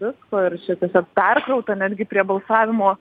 visko ir čia tiesiog perkrauta netgi prie balsavimo